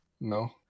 No